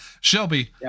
Shelby